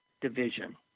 division